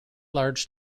large